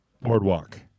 Boardwalk